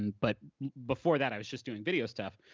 and but before that, i was just doing video stuff.